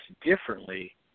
differently